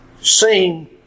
seem